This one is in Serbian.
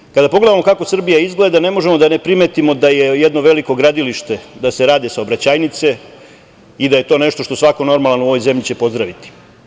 Dakle, kada pogledamo kako Srbija izgleda, ne možemo da ne primetimo da je jedno veliko gradilište, da se rade saobraćajnice i da je to nešto što svako normalan u ovoj zemlji će pozdraviti.